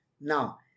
Now